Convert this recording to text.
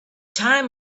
time